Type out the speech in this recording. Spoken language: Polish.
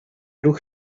ruch